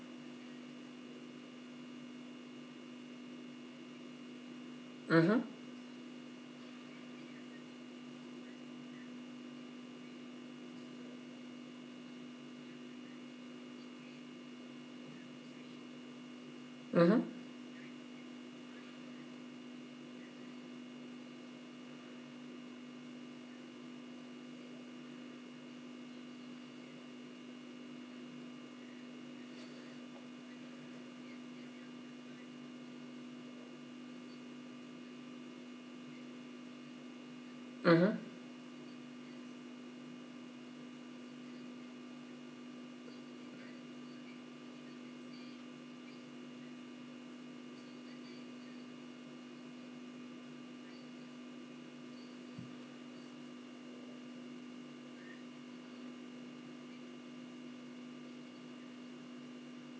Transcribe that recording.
mmhmm mmhmm mmhmm